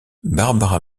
barbara